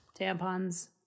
tampons